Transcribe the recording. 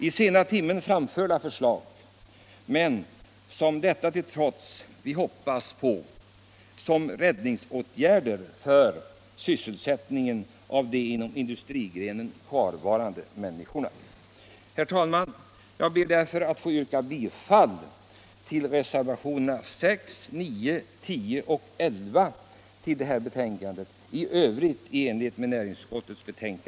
Förslagen är framförda isista timmen, men trots detta hoppas vi på dem såsom räddningsåtgärder för sysselsättningen för de inom denna industrigren kvarvarande människorna.